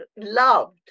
loved